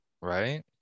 Right